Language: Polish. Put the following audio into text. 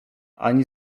ani